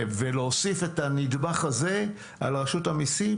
ולהוסיף את הנדבך הזה על רשות המיסים